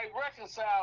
reconcile